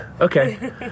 okay